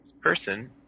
person